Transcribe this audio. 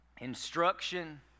Instruction